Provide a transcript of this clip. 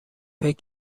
فکر